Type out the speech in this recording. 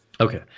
Okay